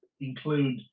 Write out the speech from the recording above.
include